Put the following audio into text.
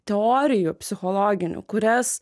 teorijų psichologinių kurias